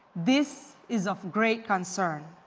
this is of great concern.